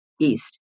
east